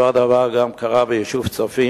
אותו הדבר קרה גם ביישוב צופים.